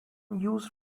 used